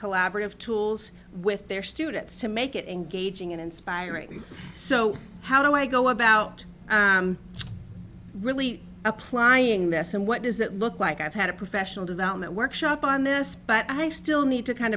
collaborative tools with their students to make it engaging and inspiring so how do i go about really applying this and what does that look like i've had a professional development workshop on this but i still need to kind